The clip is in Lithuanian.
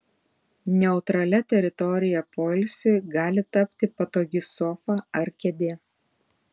neutralia teritorija poilsiui gali tapti patogi sofa ar kėdė